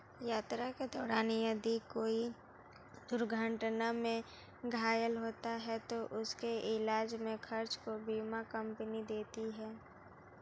यात्रा के दौरान यदि कोई दुर्घटना में घायल होता है तो उसके इलाज के खर्च को बीमा कम्पनी देती है